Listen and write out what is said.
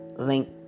link